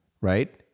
right